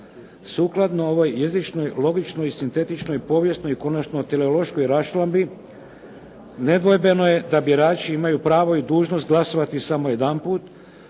Sukladno ovoj jezičnoj, logičnoj, sintetičnoj, povijesnoj i konačno teleološkoj raščlambi nedvojbeno je da birači imaju pravo i dužnost glasovati samo jedanput